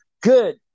Good